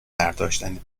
برداشتن